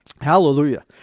hallelujah